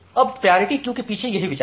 अब priority queue के पीछे यही विचार है